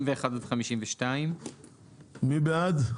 47 עד 50. מי בעד?